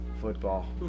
football